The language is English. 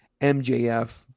MJF